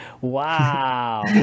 Wow